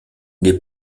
les